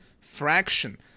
fraction